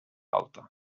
alta